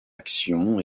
action